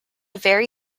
very